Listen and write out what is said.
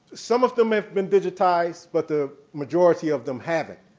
some of them have been digitized but the majority of them haven't.